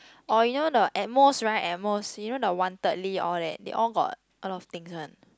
or you know the at most right at most you know the Wantedly all that they all got a lot of things one